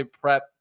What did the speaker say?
Prep